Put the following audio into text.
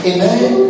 Amen